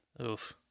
Oof